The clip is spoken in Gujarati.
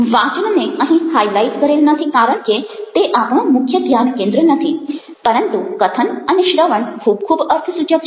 વાચનને અહીં હાઇલાઇટ કરેલ નથી કારણ કે તે આપણું મુખ્ય ધ્યાન કેન્દ્ર નથી પરંતુ કથન અને શ્રવણ ખૂબ ખૂબ અર્થસૂચક છે